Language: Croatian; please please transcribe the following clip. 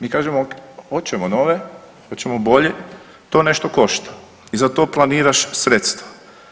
Mi kažemo hoćemo nove, hoćemo bolje to nešto košta i za to planiraš sredstva.